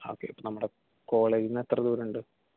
okay അപ്പോൾ നമ്മുടെ കോളേജിന്ന് എത്ര ദൂരമുണ്ട്